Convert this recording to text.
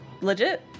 legit